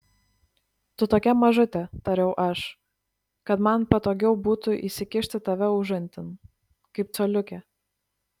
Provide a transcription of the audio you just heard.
tu tokia mažutė tariau aš kad man patogiau būtų įsikišti tave užantin kaip coliukę